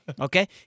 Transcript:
Okay